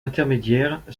intermédiaire